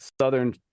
southern